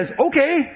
Okay